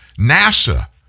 NASA